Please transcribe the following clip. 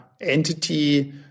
entity